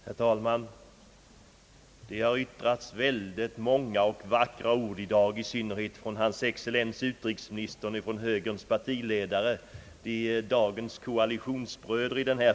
Herr talman! Det har yttrats många och vackra ord i dag, i synnerhet av hans excellens utrikesministern och högerns partiledare. De är dagens koalitionsbröder i denna fråga.